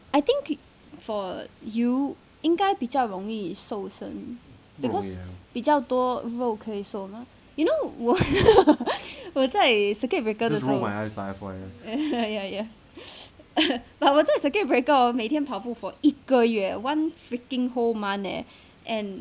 I think for you 应该比较容易瘦身 because 比较多肉可以瘦 mah you know 我在 circuit breaker ya ya ya but 我在 circuit break hor 每天跑步 for 一个月 one freaking whole month leh and